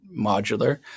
modular